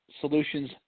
Solutions